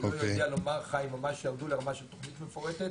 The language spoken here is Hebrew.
אני לא יודע לומר לך אם ממש ירדו לרמה של תכנית מפורטת.